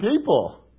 people